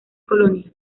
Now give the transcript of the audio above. colonia